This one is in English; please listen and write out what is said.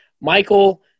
Michael